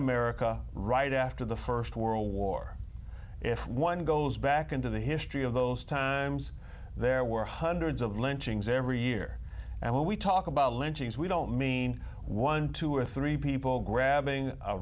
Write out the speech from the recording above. america right after the first world war if one goes back into the history of those times there were hundreds of lynchings every year and when we talk about lynchings we don't mean one two or three people grabbing